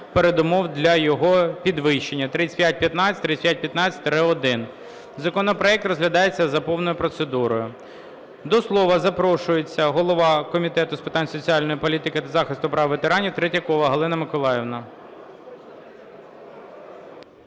передумов для його підвищення (3515, 3515-1). Законопроект розглядається за повною процедурою. До слова запрошується голова Комітету з питань соціальної політики та захисту прав ветеранів Третьякова Галина Миколаївна.